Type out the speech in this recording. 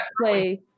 play